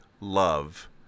love